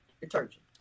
detergent